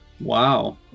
Wow